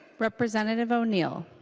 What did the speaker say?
representative o'neil